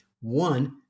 One